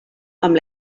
amb